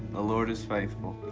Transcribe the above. the lord is faithful.